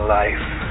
life